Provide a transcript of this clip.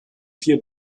vier